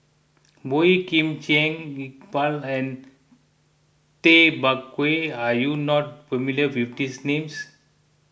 Boey Kim Cheng Iqbal and Tay Bak Koi are you not familiar with these names